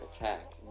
attack